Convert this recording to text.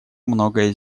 многое